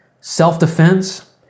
self-defense